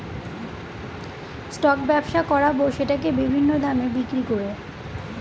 stock ব্যবসা করাবো সেটাকে বিভিন্ন দামে বিক্রি করে